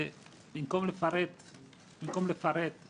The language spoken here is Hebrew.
במקום לפרט אני